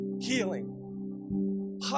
healing